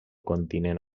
continent